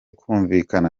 kumvikana